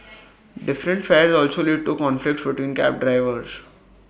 different fares also lead to conflicts between cab drivers